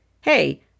Hey